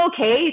okay